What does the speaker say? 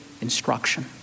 instruction